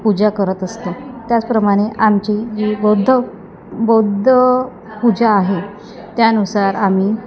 पूजा करत असतो त्याचप्रमाणे आमची जी बौद्ध बौद्ध पूजा आहे त्यानुसार आम्ही